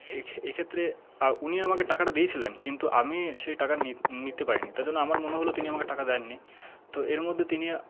এক্ষেত্রে উনি আমাকে টাকাটা দিয়েছিলেন কিন্তু আমি সেই টাকা নিতে পারিনি তার জন্য আমার মনে হল তিনি আমাকে টাকা দেননি তো এর মধ্যে তিনি